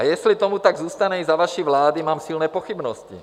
Jestli tomu tak zůstane i za vaší vlády, mám silné pochybnosti.